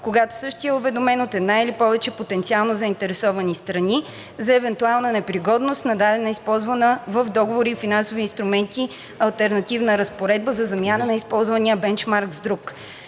когато същият е уведомен от една или повече потенциално заинтересовани страни за евентуална непригодност на дадена използвана в договори и финансови инструменти алтернативна разпоредба за замяна на използвания бенчмарк с друг.